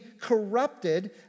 corrupted